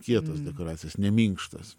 kietos dekoracijos ne minkštos